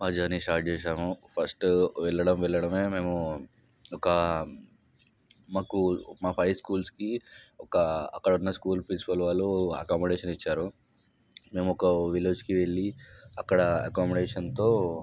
మా journey start చేశాము first వెళ్ళడం వెళ్ళడమే మేము ఒక మాకు మా పై స్కూల్స్కి ఒక అక్కడ ఉన్న స్కూల్ ప్రిన్సిపాల్ వాళ్ళు అక్కడ అకామిడేషన్ ఇచ్చారు మీము ఒక విలేజ్కి వెళ్ళి అక్కడ అకామిడేషన్తో